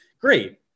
Great